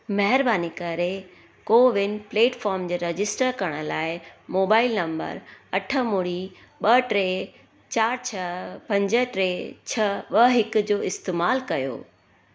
महिरबानी करे कोविन प्लेटफोर्म ते रजिस्टर करण लाइ मोबाइल नंबर अठ ॿुड़ी ॿ टे चारि छह पंज टे छह ॿ हिक जो इस्तमालु कयो